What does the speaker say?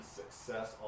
success